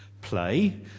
play